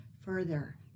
further